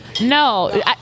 No